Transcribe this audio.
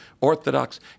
Orthodox